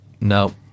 No